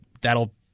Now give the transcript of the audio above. that'll